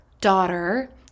daughter